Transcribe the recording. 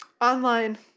online